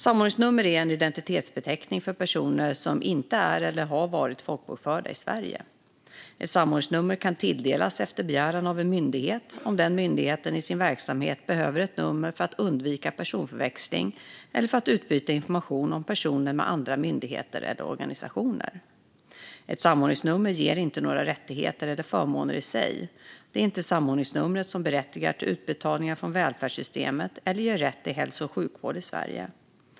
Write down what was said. Samordningsnummer är en identitetsbeteckning för personer som inte är eller har varit folkbokförda i Sverige. Ett samordningsnummer kan tilldelas efter begäran av en myndighet om den myndigheten i sin verksamhet behöver ett nummer för att undvika personförväxling eller för att utbyta information om personen med andra myndigheter eller organisationer. Ett samordningsnummer ger inte några rättigheter eller förmåner i sig. Det är inte samordningsnumret som berättigar till utbetalningar från välfärdssystemet eller ger rätt till hälso och sjukvård i Sverige.